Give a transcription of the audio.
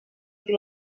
qui